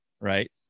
Right